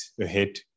ahead